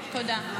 טוב, תודה.